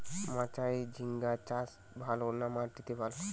মাচায় ঝিঙ্গা চাষ ভালো না মাটিতে ভালো?